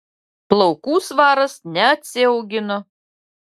plaukų svaras neatsiaugino